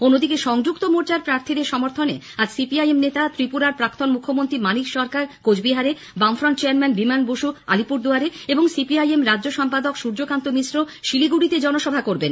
অন্যদিকে সংযুক্ত মোর্চার প্রার্থীদের সমর্থনে আজ সিপিআইএম নেতা ত্রিপুরার প্রাক্তন মুখ্যমন্ত্রী মাণিক সরকার কোচবিহারে বামফ্রন্ট চেয়ারম্যান বিমান বস আলিপুরদুয়ারে এবং সিপিআইএম রাজ্য সম্পাদক সূর্যকান্ত মিশ্র শিলিগুড়িতে জনসভা করবেন